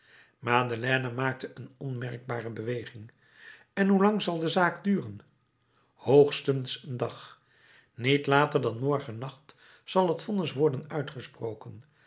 madeleine maakte een onmerkbare beweging en hoe lang zal de zaak duren hoogstens een dag niet later dan morgennacht zal het vonnis worden uitgesproken